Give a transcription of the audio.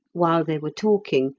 while they were talking,